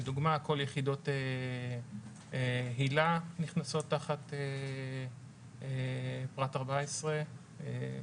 לדוגמה כל יחידות היל"ה נכנסות תחת פרט (14).